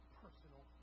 personal